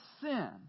sin